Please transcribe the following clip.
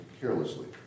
carelessly